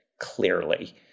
clearly